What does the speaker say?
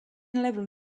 level